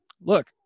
look